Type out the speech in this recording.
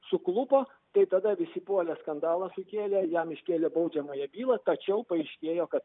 suklupo tai tada visi puolė skandalą sukėlė jam iškėlė baudžiamąją bylą tačiau paaiškėjo kad